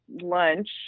lunch